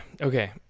Okay